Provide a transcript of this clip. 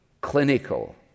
clinical